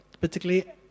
particularly